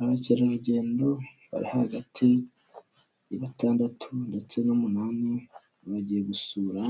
Abakerarugendo bari hagati ya batandatu ndetse n'umunani bagiye gusura